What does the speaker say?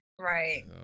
right